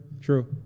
true